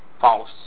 false